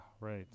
right